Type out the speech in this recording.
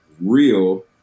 real